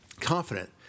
confident